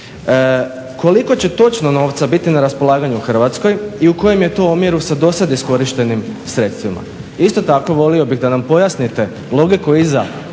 koliko će točno novca biti na raspolaganju Hrvatskoj i u kojem je to omjeru sa do sada iskorištenim sredstvima? Isto tako volio bih da nam pojasnite logiku iza